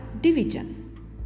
division